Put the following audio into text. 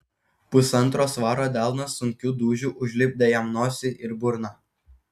pusantro svaro delnas sunkiu dūžiu užlipdė jam nosį ir burną